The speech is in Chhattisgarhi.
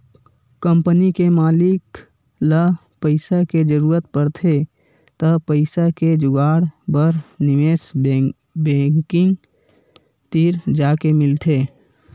कंपनी के मालिक ल पइसा के जरूरत परथे त पइसा के जुगाड़ बर निवेस बेंकिग तीर जाके मिलथे